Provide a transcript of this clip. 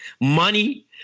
money